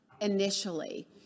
initially